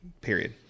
Period